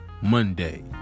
monday